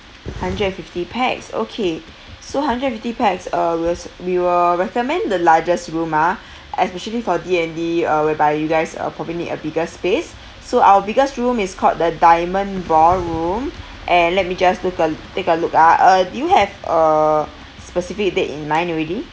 hundred and fifty pax okay so hundred and fifty pax uh we s~ we will recommend the largest room ah especially for D and D uh whereby you guys uh probably need a bigger space so our biggest room is called the diamond ballroom and let me just look a l~ take a look ah uh do you have a specific date in mind already